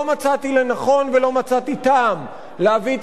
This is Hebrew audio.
לא מצאתי לנכון ולא מצאתי טעם להביא את